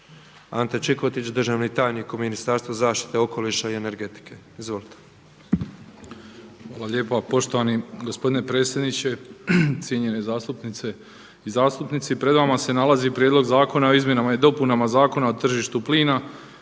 Ante Čikotić, državni tajnik u Ministarstvu zaštite okoliša i energetike. Izvolite. **Čikotić, Ante** Hvala lijepa. Poštovani gospodine predsjedniče, cijenjene zastupnice i zastupnici. Pred vama se nalazi Prijedlog zakona o izmjenama i dopunama Zakona o tržištu plina